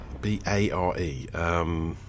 B-A-R-E